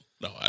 No